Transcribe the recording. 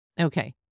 Okay